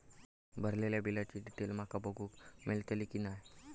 भरलेल्या बिलाची डिटेल माका बघूक मेलटली की नाय?